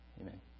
Amen